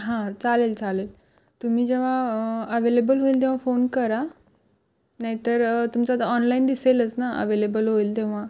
हां चालेल चालेल तुम्ही जेव्हा अवेलेबल होईल तेव्हा फोन करा नाहीतर तुमचं आता ऑनलाईन दिसेलच ना अवेलेबल होईल तेव्हा